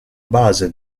base